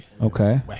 Okay